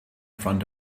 front